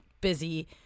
busy